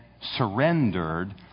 surrendered